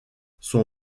son